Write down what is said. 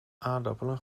aardappelen